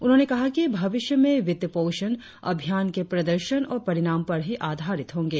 उन्होंने कहा कि भविष्य में वित्त पोषण अभियान के प्रदर्शन और परिणाम पर ही आधारित होंगे